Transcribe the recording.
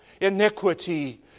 iniquity